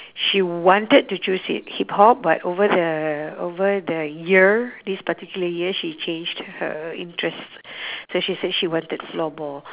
she wanted to choose hip hip hop but over the over the year this particular year she changed her interest so she said she wanted floorball